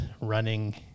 running